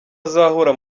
azahura